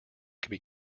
could